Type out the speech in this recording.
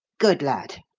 good lad!